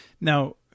Now